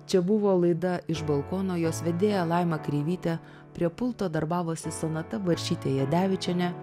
čia buvo laida iš balkono jos vedėja laima kreivytė prie pulto darbavosi sonata barčytė jadevičienė